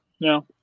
No